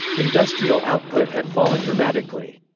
industrial output had fallen dramatically.